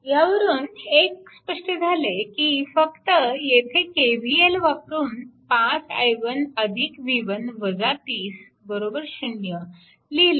ह्यावरून एक स्पष्ट झाले की फक्त येथे KVL वापरून 5 i1 v1 30 0 लिहिले